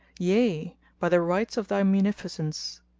yea! by the rights of thy munificence!